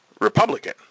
Republican